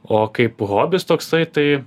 o kaip hobis toksai tai